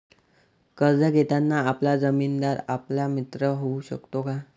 कर्ज घेताना आपला जामीनदार आपला मित्र होऊ शकतो का?